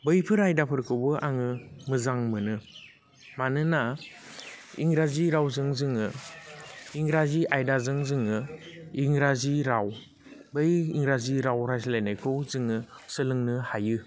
बैफोर आयदाफोरखौबो आङो मोजां मोनो मानोना इंराजि रावजों जोङो इंराजि आयदाजों जोङो इंराजि राव बै इंराजि राव रायज्लायनायखौ जोङो सोलोंनो हायो